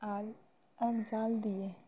আর আগ জাল দিয়ে